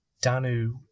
Danu